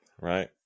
right